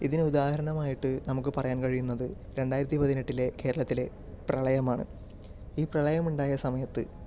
ഇതിന് ഉദാഹരണമായിട്ട് നമുക്ക് പറയാൻ കഴിയുന്നത് രണ്ടായിരത്തിപ്പതിനെട്ടിലെ കേരളത്തിലെ പ്രളയമാണ് ഈ പ്രളയം ഉണ്ടായ സമയത്ത്